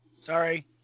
Sorry